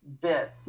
bit